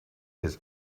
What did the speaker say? its